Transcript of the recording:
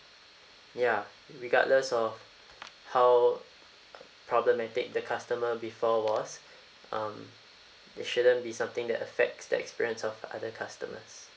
ya regardless of how problematic the customer before was um it shouldn't be something that affects the experience of other customers